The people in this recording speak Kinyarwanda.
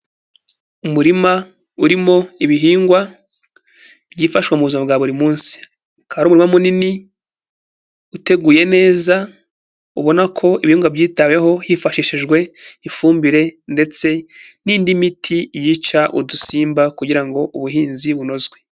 Umurima urimo ibihingwa byifashwa mu buzima bwa buri munsi, kaba ari umurima munini, uteguye neza, ubona ko ibihingwa byitaweho hifashishijwe ifumbire ndetse n'indi miti yica udusimba kugira ngo ubuhinzi bunozwe.